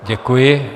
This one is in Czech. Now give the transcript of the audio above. Děkuji.